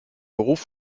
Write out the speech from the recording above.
beruf